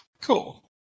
Cool